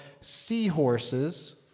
Seahorses